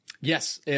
Yes